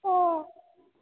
ओ